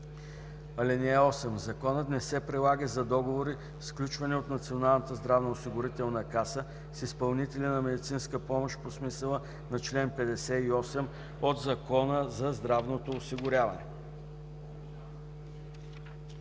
условие. (8) Законът не се прилага за договори, сключвани от Националната здравноосигурителна каса с изпълнители на медицинска помощ по смисъла на чл. 58 от Закона за здравното осигуряване.”